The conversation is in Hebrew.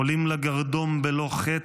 עולים לגרדום בלא חטא,